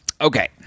Okay